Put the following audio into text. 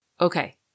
Okay